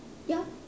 ya